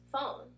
phone